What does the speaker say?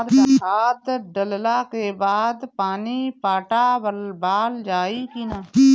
खाद डलला के बाद पानी पाटावाल जाई कि न?